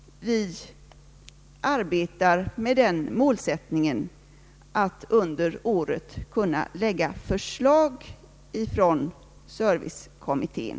Vi arbetar med den målsättningen att under året kunna framlägga förslag från kommittén.